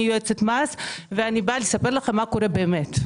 אני יועצת מס ואני באה לספר לכם מה קורה באמת.